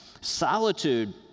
Solitude